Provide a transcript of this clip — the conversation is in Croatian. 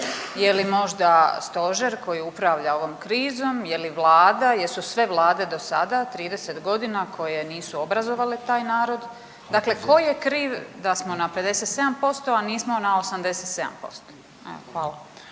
je li možda stožer koji upravlja ovom krizom, je li Vlada, jesu sve vlade do sada 30 godina koje nisu obrazovale taj narod, dakle ko je kriv da smo na 57%, a nismo na 87%? Evo